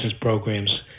programs